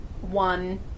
one